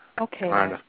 Okay